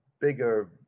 bigger